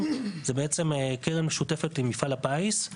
והוא בעצם קרן משותפת עם מפעל הפיס,